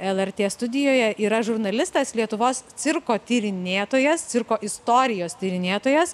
lrt studijoje yra žurnalistas lietuvos cirko tyrinėtojas cirko istorijos tyrinėtojas